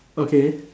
okay